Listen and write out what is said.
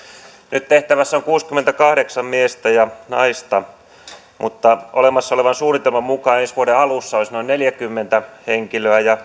nyt tehtävässä on kuusikymmentäkahdeksan miestä ja naista mutta olemassa olevan suunnitelman mukaan ensi vuoden alussa olisi noin neljäkymmentä henkilöä ja